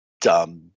dumb